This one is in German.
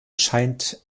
scheint